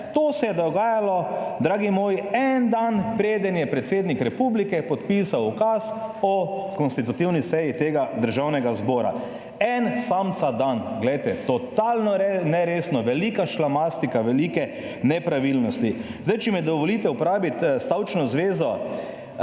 To se je dogajalo, dragi moji, en dan preden je predsednik Republike podpisal ukaz o konstitutivni seji tega Državnega zbora. En samca dan. Glejte, totalno neresno, velika šlamastika, velike nepravilnosti. Zdaj, če mi dovolite uporabiti stavčno zvezo,